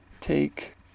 take